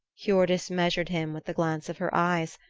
hiordis measured him with the glance of her eyes,